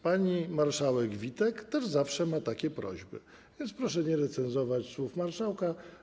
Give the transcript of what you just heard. Pani marszałek Witek też zawsze ma takie prośby, więc proszę nie recenzować słów marszałka.